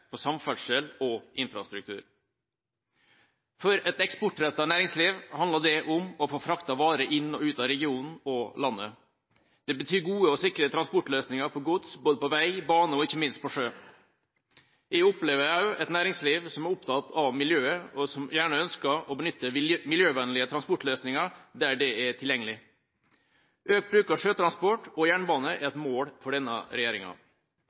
på samferdsel og infrastruktur! For et eksportrettet næringsliv handler det om å få fraktet varer inn og ut av regionen og landet. Dette betyr gode og sikre transportløsninger for gods både på vei, bane og ikke minst på sjø. Jeg opplever også et næringsliv som er opptatt av miljøet, og som gjerne ønsker å benytte miljøvennlige transportløsninger der det er tilgjengelig. Økt bruk av sjøtransport og jernbane er et mål for denne regjeringa.